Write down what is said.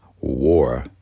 war